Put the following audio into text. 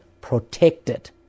protected